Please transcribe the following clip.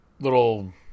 little